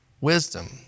Wisdom